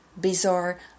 bizarre